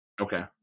Okay